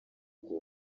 uko